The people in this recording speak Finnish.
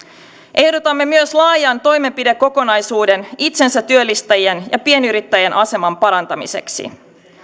ehdotamme myös laajaa toimenpidekokonaisuutta itsensätyöllistäjien ja pienyrittäjien aseman parantamiseksi